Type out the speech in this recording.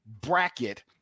bracket